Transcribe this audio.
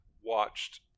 watched